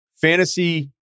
fantasy